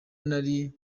nari